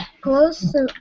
close